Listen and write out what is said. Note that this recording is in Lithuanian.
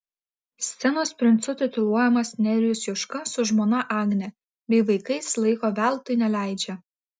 scenos princu tituluojamas nerijus juška su žmona agne bei vaikais laiko veltui neleidžia